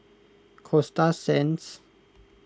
Coasta Sands